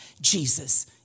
Jesus